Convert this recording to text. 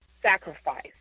Sacrifice